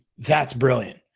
that's brilliant.